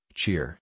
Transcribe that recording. cheer